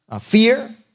Fear